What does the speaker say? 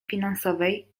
finansowej